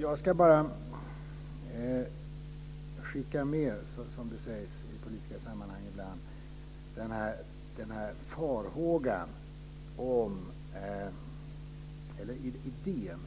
Jag ska "skicka med" - som det sägs i politiska sammanhang - farhågan för idén